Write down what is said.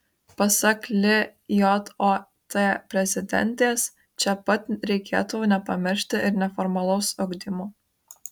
pasak lijot prezidentės čia pat reikėtų nepamiršti ir neformalaus ugdymo